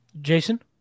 Jason